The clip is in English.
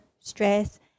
stress